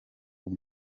ubu